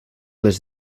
les